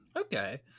okay